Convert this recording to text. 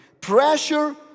pressure